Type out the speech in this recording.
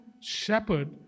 shepherd